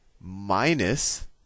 minus